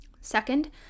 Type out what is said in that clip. Second